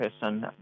person